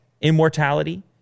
immortality